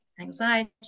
anxiety